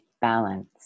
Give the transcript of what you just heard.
balance